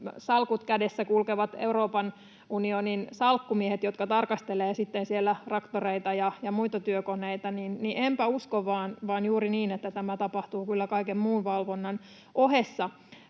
salkut kädessä kulkevia Euroopan unionin salkkumiehiä, jotka tarkastelevat sitten siellä traktoreita ja muita työkoneita — mutta enpä usko, vaan juuri niin, että tämä tapahtuu kyllä kaiken muun valvonnan ohessa.